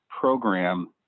program